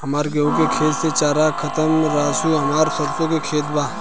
हमार गेहू के खेत से चार कदम रासु हमार सरसों के खेत बा